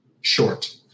short